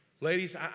Ladies